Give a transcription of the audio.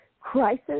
crisis